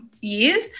years